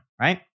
right